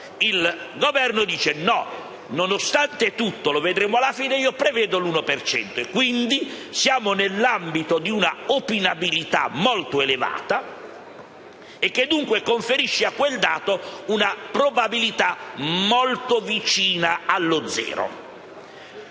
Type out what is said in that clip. Il Governo dice: nonostante tutto - lo vedremo alla fine - prevedo l'uno per cento. Quindi, siamo nell'ambito di una opinabilità molto elevata, che dunque conferisce a quel dato una probabilità molto vicina allo zero.